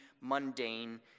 mundane